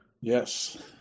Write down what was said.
Yes